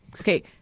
Okay